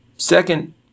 Second